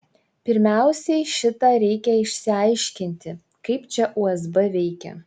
pirmiausiai šitą reikia išsiaiškinti kaip čia usb veikia